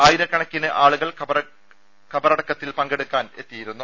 ആയിരക്കണക്കിന് ആളുകൾ ഖബറടക്കത്തിൽ പങ്കെടുക്കാൻ എത്തിയിരുന്നു